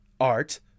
Art